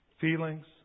feelings